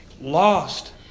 Lost